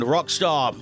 Rockstar